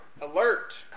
alert